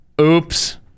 oops